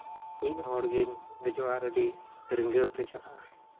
ᱢᱤᱫ ᱦᱚᱲ ᱜᱮᱢ ᱫᱮᱡᱚᱜᱼᱟ ᱟᱨ ᱟᱹᱰᱤ ᱟᱹᱰᱤ ᱨᱟᱹᱜᱟᱹᱣ ᱛᱮ ᱪᱟᱞᱟᱜᱼᱟ